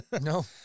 No